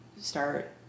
start